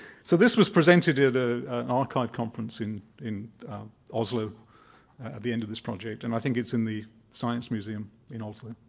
so this was presented at ah an archive conference in in oslo at the end of this project. and i think it's in the science museum in oslo, yeah,